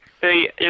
Hey